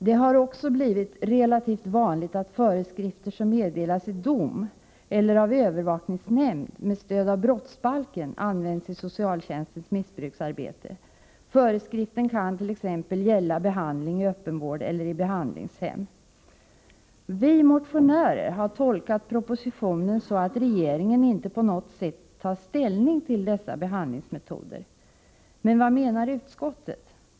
——— Det har också blivit relativt vanligt att föreskrifter som meddelats i dom eller av övervakningsnämnd med stöd av brottsbalken används i socialtjänstens missbruksarbete. Föreskriften kan gälla t.ex. behandling i öppenvård eller på behandlingshem.” Vi motionärer har tolkat propositionen så, att regeringen inte på något sätt tar ställning till dessa behandlingsmetoder. Men vad menar utskottet?